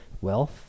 wealth